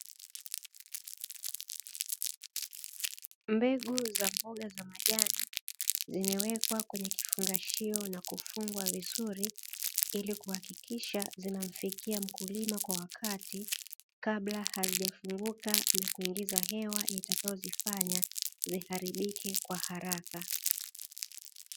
Mbegu za mboga za majani zimewekwa kwenye kifungashio na kufungwa vizuri, ili kuhakikisha zinamfikia mkulima kwa wakati, kabla hazijafunguka na kuingiza hewa, itakayozifanya ziharibike kwa haraka.